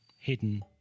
hidden